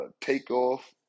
Takeoff